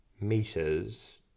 meters